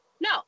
No